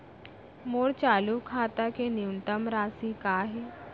मोर चालू खाता के न्यूनतम राशि का हे?